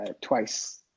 twice